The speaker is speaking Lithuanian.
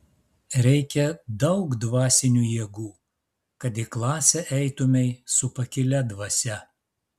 reikia daug dvasinių jėgų kad į klasę eitumei su pakilia dvasia